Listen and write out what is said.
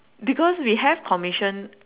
because we have commission